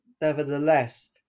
nevertheless